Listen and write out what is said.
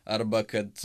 arba kad